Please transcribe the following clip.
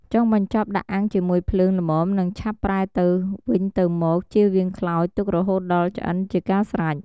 ចុងបញ្ចប់ដាក់អាំងជាមួយភ្លើងល្មមនិងឆាប់ប្រែទៅវិញទៅមក ជៀសវាងខ្លោច ទុករហូតដល់ឆ្អិនជាការស្រេច។